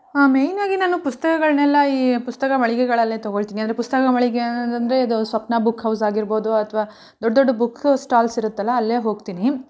ಹಾಂ ಮೇಯ್ನಾಗಿ ನಾನು ಪುಸಕ್ತಗಳನ್ನೆಲ್ಲ ಈ ಪುಸ್ತಕ ಮಳಿಗೆಗಳಲ್ಲೇ ತೊಗೊಳ್ತೀನಿ ಅಂದರೆ ಪುಸ್ತಕ ಮಳಿಗೆ ಅಂದರೆ ಅದು ಸ್ವಪ್ನ ಬುಕ್ ಹೌಸ್ ಆಗಿರ್ಬೋದು ಅಥ್ವಾ ದೊಡ್ಡ ದೊಡ್ಡ ಬುಕ್ ಸ್ಟಾಲ್ಸ್ ಇರುತ್ತಲ್ಲ ಅಲ್ಲೇ ಹೋಗ್ತೀನಿ